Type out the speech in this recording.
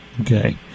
Okay